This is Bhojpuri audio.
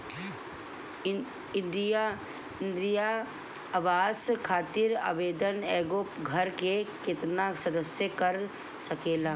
इंदिरा आवास खातिर आवेदन एगो घर के केतना सदस्य कर सकेला?